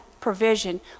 provision